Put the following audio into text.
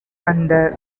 அந்த